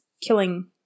Killing